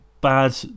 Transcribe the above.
bad